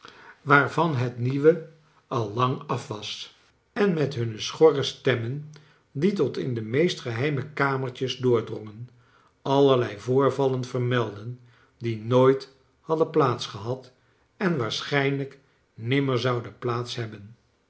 waarvan het nieuwe al lang af was en met hunne schorre stemmen die tot in de meest geheime kamertjes doordrongen allerlei voorvallen vermeldden die nooit hadden plaats gehad en waarschijnlijk nimmer zouden plaats hebben